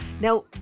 now